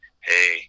hey